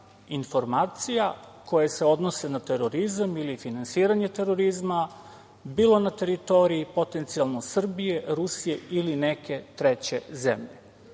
informacija koje se odnose na terorizam ili finansiranje terorizma, bilo na teritoriji potencijalno Srbije, Rusije ili neke treće zemlje.